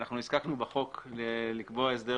אנחנו נזקקנו בחוק לקבוע הסדר